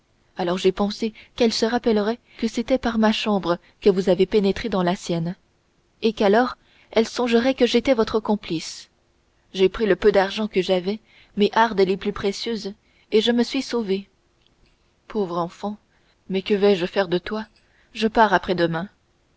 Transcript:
alors j'ai pensé qu'elle se rappellerait que c'était par ma chambre que vous aviez pénétré dans la sienne et qu'alors elle songerait que j'étais votre complice j'ai pris le peu d'argent que j'avais mes hardes les plus précieuses et je me suis sauvée pauvre enfant mais que vais-je faire de toi je pars aprèsdemain